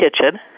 kitchen